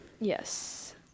Yes